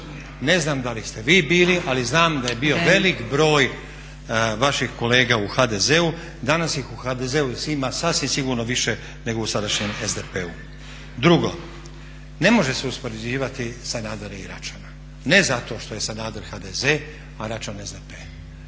Ne znam da li ste vi bili, ali znam da je bio velik broj vaših kolega u HDZ-u, danas ih u HDZ-u ima sasvim sigurno više nego u sadašnjem SDP-u. Drugo, ne može se uspoređivati Sanadera i Račana, ne zato što je Sanader HDZ, a Račan SDP.